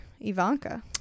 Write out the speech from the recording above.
ivanka